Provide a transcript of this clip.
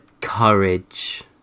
courage